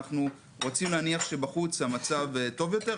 אנחנו רוצים להניח שבחוץ המצב טוב יותר,